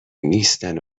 نیستن